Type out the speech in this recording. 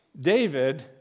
David